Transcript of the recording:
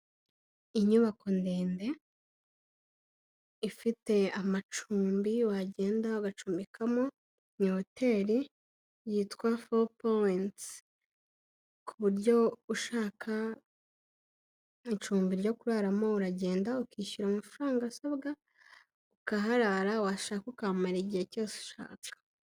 Inyubako ndende ifite amacumbi wagenda ugacumekamo ni hoteri yitwa fopowensi ku buryo ushaka icumbi ryo kuraramo uragenda ukishyura amafaranga asabwa ukaharara washaka ukahamara igihe cyose ushaka.